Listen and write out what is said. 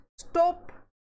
stop